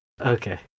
okay